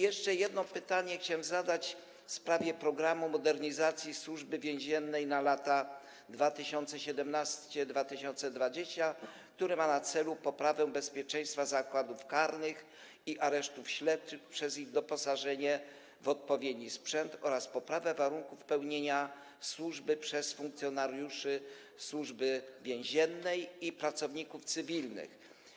Jeszcze jedno pytanie chciałem zadać w sprawie „Programu modernizacji Służby Więziennej na lata 2017-2020”, który ma na celu poprawę bezpieczeństwa zakładów karnych i aresztów śledczych przez ich doposażenie w odpowiedni sprzęt oraz poprawę warunków pełnienia służby przez funkcjonariuszy Służby Więziennej i pracowników cywilnych.